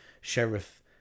sheriff